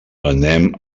anem